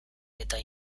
eta